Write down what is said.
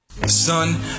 Son